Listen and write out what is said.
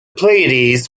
pleiades